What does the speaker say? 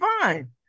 fine